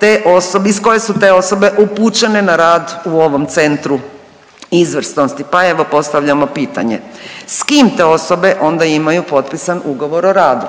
te osobe, iz koje su te osobe upućene na rad u ovom Centru izvrsnosti, pa evo postavljamo pitanje, s kim te osobe onda imaju potpisan ugovor o radu?